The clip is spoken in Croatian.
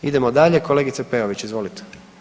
Idemo dalje, kolegice Peović izvolite.